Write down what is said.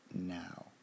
now